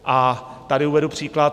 A tady uvedu příklad.